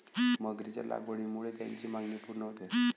मगरीच्या लागवडीमुळे त्याची मागणी पूर्ण होते